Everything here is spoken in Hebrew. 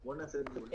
דיברנו על זה כאן,